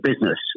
business